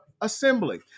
assembly